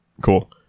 Cool